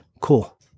Cool